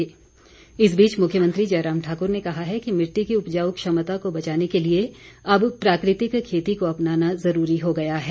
मुख्यमंत्री इस बीच मुख्यमंत्री जयराम ठाकुर ने कहा है कि मिट्टी की उपजाउ क्षमता को बचाने के लिए अब प्राकृतिक खेती को अपनाना जरूरी हो गया है